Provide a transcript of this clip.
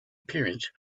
appearance